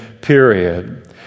period